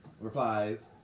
replies